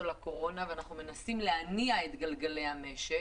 הקורונה ואנחנו מנסים להניע את גלגלי המשק